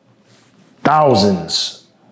thousands